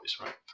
right